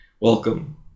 Welcome